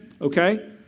okay